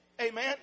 Amen